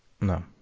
No